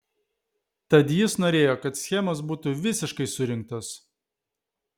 tad jis norėjo kad schemos būtų visiškai surinktos